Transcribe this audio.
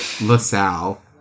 LaSalle